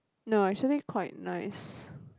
no actually quite nice